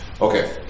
Okay